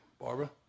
Barbara